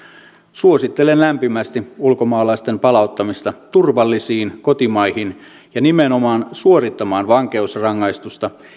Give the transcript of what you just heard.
suosittelen lämpimästi ulkomaalaisten palauttamista turvallisiin kotimaihin ja nimenomaan suorittamaan vankeusrangaistusta